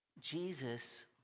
Jesus